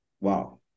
wow